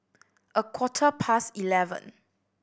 a quarter past eleven